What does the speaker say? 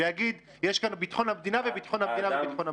ויגיד יש כאן ביטחון המדינה וביטחון המדינה וביטחון המדינה.